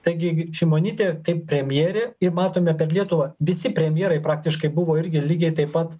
taigi šimonytė kaip premjerė ir matome kad lietuva visi premjerai praktiškai buvo irgi lygiai taip pat